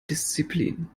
disziplin